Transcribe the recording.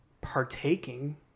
partaking